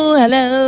hello